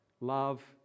love